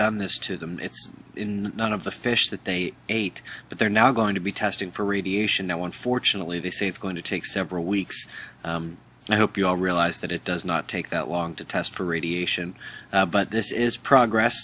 done this to them in one of the fish that they ate but they're now going to be tested for radiation no one fortunately the state's going to take several weeks and i hope you all realize that it does not take long to test for radiation but this is progress